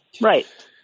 Right